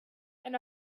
and